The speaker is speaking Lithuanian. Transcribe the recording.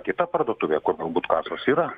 kita parduotuvė kur galbūt kasos yra